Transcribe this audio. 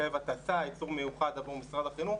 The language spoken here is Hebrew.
שמחייב הטסה, ייצור מיוחד עבור משרד החינוך.